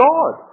God